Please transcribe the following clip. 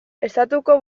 estatuko